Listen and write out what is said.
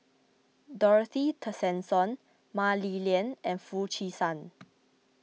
Dorothy Tessensohn Mah Li Lian and Foo Chee San